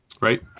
Right